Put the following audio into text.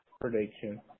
prediction